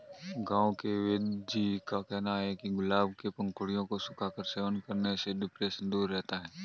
गांव के वेदजी का कहना है कि गुलाब के पंखुड़ियों को सुखाकर सेवन करने से डिप्रेशन दूर रहता है